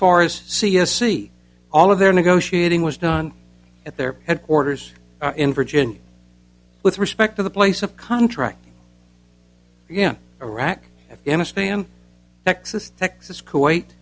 far as c is c all of their negotiating was done at their headquarters in virginia with respect to the place of contract again iraq afghanistan texas texas kuwait